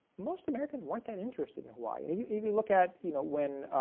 most americans weren't that interested in hawaii. if you look at you know when